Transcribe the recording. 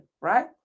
right